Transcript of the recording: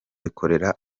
bikorera